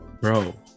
Bro